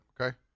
okay